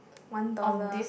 one dollar